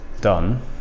done